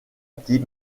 petit